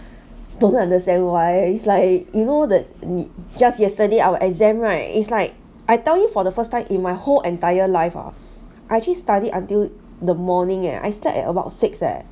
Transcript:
don't understand why it's like you know the need just yesterday our exam right it's like I tell you for the first time in my whole entire life ah I actually study until the morning eh I started at about six eh